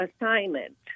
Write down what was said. assignment